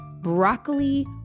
Broccoli